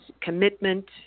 commitment